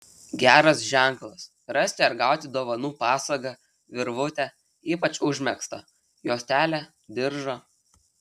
geras ženklas rasti ar gauti dovanų pasagą virvutę ypač užmegztą juostelę diržą